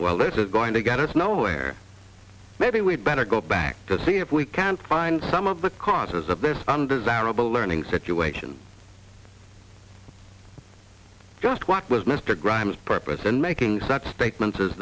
well this is going to get us nowhere maybe we'd better go back to see if we can find some of the causes of this undesirable learning situation just what was mr grimes purpose in making such statements as